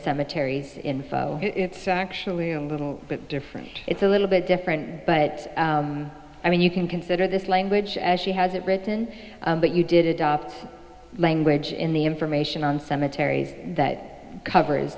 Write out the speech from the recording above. cemeteries in actually a little bit different it's a little bit different but i mean you can consider this language as she has it written but you did adopt language in the information on cemeteries that covers